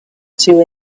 two